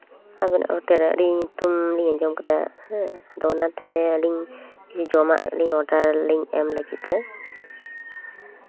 ᱟᱵᱮᱱᱟᱜ ᱦᱳᱴᱮᱞ ᱨᱮ ᱟᱹᱰᱤ ᱧᱩᱛᱩᱢ ᱞᱤᱧ ᱟᱸᱡᱚᱢ ᱠᱟᱫᱟ ᱦᱮᱸ ᱟᱫᱚ ᱚᱱᱟᱛᱮ ᱟᱹᱞᱤᱧ ᱡᱚᱢᱟᱜ ᱞᱤᱧ ᱚᱰᱟᱨᱞᱤᱧ ᱮᱢ ᱞᱟᱹᱜᱤᱫ ᱞᱤᱧ